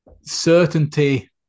certainty